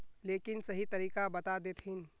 लेकिन सही तरीका बता देतहिन?